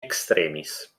extremis